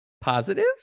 positive